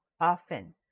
often